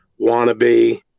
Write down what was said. wannabe